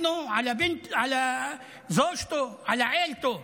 לבן שלו ולנכד, לאשתו,